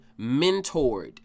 mentored